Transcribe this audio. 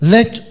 Let